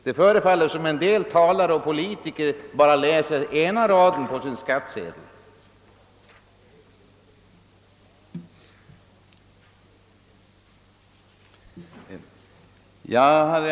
Det förefaller som om en del människor, däribland även politiker, bara läser ena raden på sina skattsedlar.